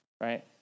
right